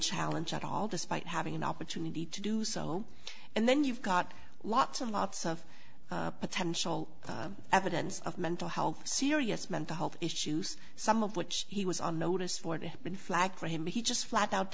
challenge at all despite having an opportunity to do so and then you've got lots and lots of potential evidence of mental health serious mental health issues some of which he was on notice for to have been flagged for him he just flat out